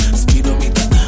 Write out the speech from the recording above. speedometer